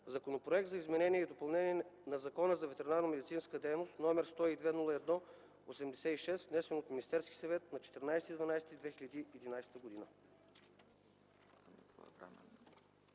Законопроект за изменение и допълнение на Закона за ветеринарномедицинската дейност, № 102-01-86, внесен от Министерския съвет на 14 декември